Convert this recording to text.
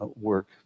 work